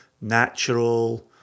natural